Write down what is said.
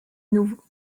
nouveau